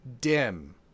dim